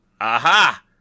Aha